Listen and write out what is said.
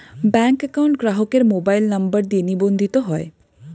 bank account গ্রাহকের mobile number দিয়ে নিবন্ধিত হয়